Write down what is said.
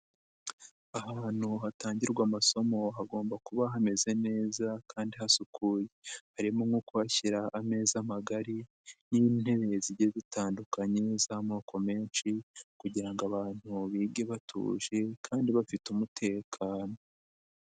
Ahantu hatangirwa amasomo hagomba kuba hameze neza kandi hasukuye, harimo nko kuhashyira ameza magari n'intebe zigiye zitandukanye z'amoko menshi kugira ngo abantu bige batuje kandi bafite umutekano.